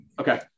okay